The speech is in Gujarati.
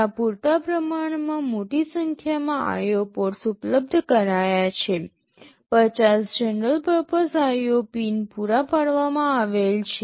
ત્યાં પૂરતા પ્રમાણમાં મોટી સંખ્યામાં IO પોર્ટ્સ ઉપલબ્ધ કરાયા છે ૫૦ જનરલ પર્પસ IO પિન પૂરા પાડવામાં આવેલ છે